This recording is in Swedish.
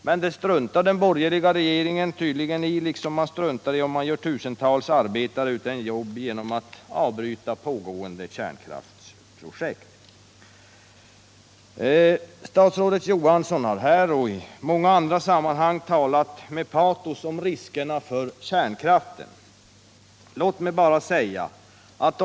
Men det struntar den borgerliga regeringen tydligen i liksom i att man ställer tusentals människor utan jobb genom att avbryta pågående kärnkraftsprojekt. Statsrådet Johansson har här i riksdagen och i många andra sammanhang talat med patos om riskerna med kärnkraften. Låt mig då bara säga följande.